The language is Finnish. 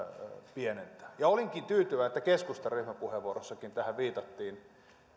pienentää olinkin tyytyväinen että keskustan ryhmäpuheenvuorossakin tähän viitattiin